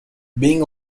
being